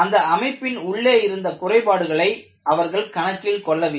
அந்த அமைப்பின் உள்ளே இருந்த குறைபாடுகளை அவர்கள் கணக்கில் கொள்ளவில்லை